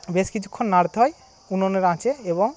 বেশ কিছুক্ষণ নাড়তে হয় উনুনের আঁচে এবং